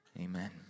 Amen